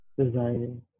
designing